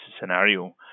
scenario